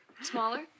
Smaller